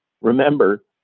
remember